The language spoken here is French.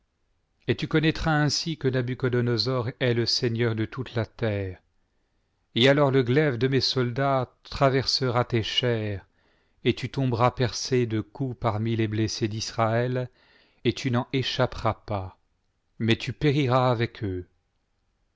et tu connaîtras ainsi que nabuchodonosor est le seigneur de toute la terre et alors le glaive de mes soldats traversera tes chairs et tu tomberas percé de coups parmi les blessés d'israël et tu n'en échapperas pas mais tu périras avec eux